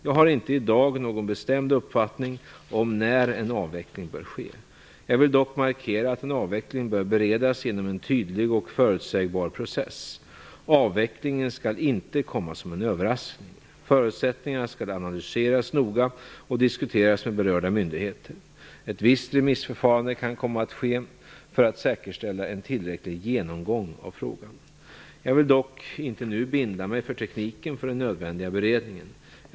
Jag har inte i dag någon bestämd uppfattning om när en avveckling bör ske. Jag vill dock markera att en avveckling bör beredas genom en tydlig och förutsägbar process. Avvecklingen skall inte komma som en överraskning. Förutsättningarna skall analyseras noga och diskuteras med berörda myndigheter. Ett visst remissförfarande kan komma att ske för att säkerställa en tillräcklig genomgång av frågan. Jag vill dock inte nu binda mig för tekniken för den nödvändiga beredningen.